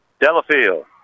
Delafield